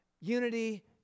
unity